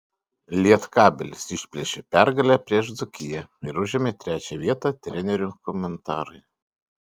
lietkabelis išplėšė pergalę prieš dzūkiją ir užėmė trečią vietą trenerių komentarai